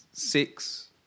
Six